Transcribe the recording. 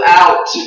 out